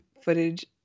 footage